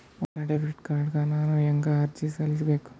ಹೊಸ debit card ಗ ನಾನು ಹೆಂಗ ಅರ್ಜಿ ಸಲ್ಲಿಸಬೇಕು?